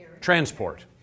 transport